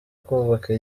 kubaka